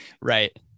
Right